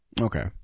Okay